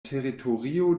teritorio